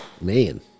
Man